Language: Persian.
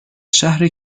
شهر